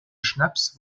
schnaps